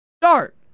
start